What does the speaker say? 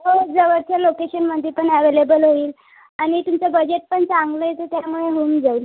हो जवळच्या लोकेशनमध्ये पण अव्हेलेबल होईल आणि तुमचं बजेट पण चांगलं आहे तर त्यामुळे होऊन जाईल